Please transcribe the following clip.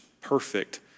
perfect